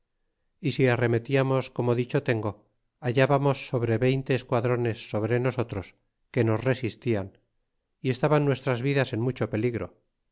y si arremetiamos como dicho tengo hallábamos sobre veinte esquadrones sobre nosotros que nos resistian y estaban nuestras vidas en mucho peligro